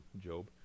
Job